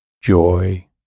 joy